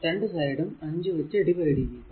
രണ്ടു സൈഡ് ഉം 5 വച്ച് ഡിവൈഡ് ചെയ്യുക